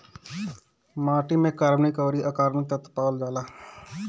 माटी में कार्बनिक अउरी अकार्बनिक तत्व पावल जाला